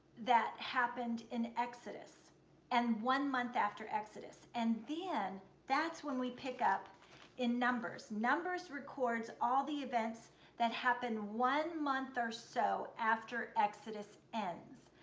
that happened in exodus and one month after exodus. and then, that's when we pick up in numbers. numbers records all the events that happen one month or so after exodus ends,